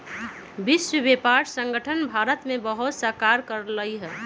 विश्व व्यापार संगठन भारत में बहुतसा कार्य कर रहले है